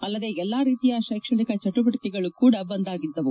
ಅಲ್ಲದೆ ಎಲ್ಲಾ ರೀತಿಯ ಶೈಕ್ಷಣಿಕ ಚಟುವಟಕೆಗಳೂ ಕೂಡ ಬಂದ್ ಆಗಿದ್ದವು